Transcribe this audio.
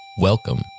Welcome